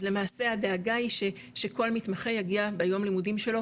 אז למעשה הדאגה היא שכל מתמחה יגיע ביום לימודים שלו